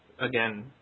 again